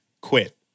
quit